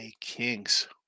Kings